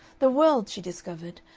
the world, she discovered,